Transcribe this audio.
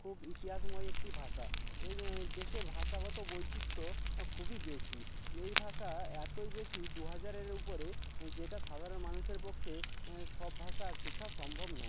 খুব ইতিহাসময় একটি ভাষা এই দেশের ভাষাগত বৈচিত্র খুবই বেশি এই ভাষা এতোই বেশি দুহাজারের উপরে যেটা সাধারণ মানুষের পক্ষে সব ভাষা শেখা সম্ভব নয়